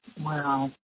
wow